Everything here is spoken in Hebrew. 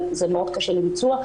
אבל זה מאוד קשה לביצוע.